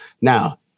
now